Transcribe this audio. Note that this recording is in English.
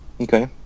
Okay